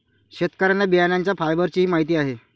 शेतकऱ्यांना बियाण्यांच्या फायबरचीही माहिती आहे